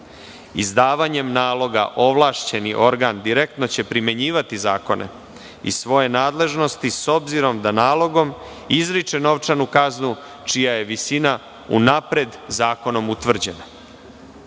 Izdavanjem naloga ovlašćeni organ direktno će primenjivati zakone i svoje nadležnosti, s obzirom da nalogom izriče novčanu kaznu čija je visina unapred zakonom utvrđena.Za